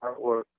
artwork